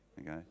Okay